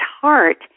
heart